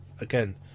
again